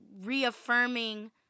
reaffirming